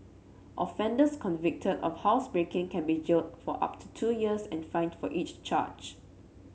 offenders convicted of housebreaking can be jailed for up to two years and fined for each charge